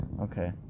Okay